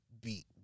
beat